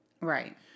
Right